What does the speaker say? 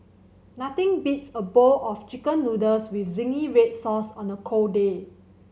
nothing beats a bowl of Chicken Noodles with zingy red sauce on a cold day